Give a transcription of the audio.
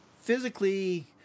physically